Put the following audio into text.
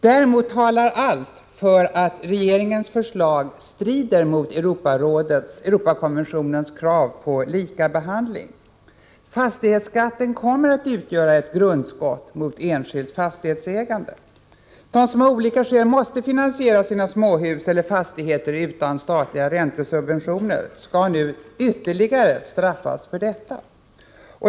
Däremot talar allt för att regeringens förslag strider mot Europakonventionens krav på likabehandling. Fastighetsskatten kommer att utgöra ett grundskott mot enskilt fastighetsägande. De som av olika skäl måste finansiera sina småhus eller andra fastigheter utan statliga räntesubventioner skall nu ytterligare straffas för detta.